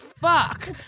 fuck